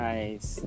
Nice